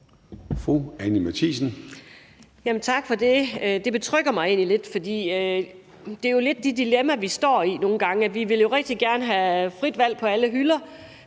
Anni Matthiesen (V): Tak for det. Det betrygger mig egentlig lidt, for det er jo lidt det dilemma, vi står i nogle gange. Vi vil gerne have frit valg på alle hylder,